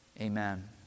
Amen